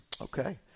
Okay